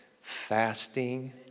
fasting